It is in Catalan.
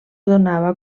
donava